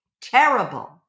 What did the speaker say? terrible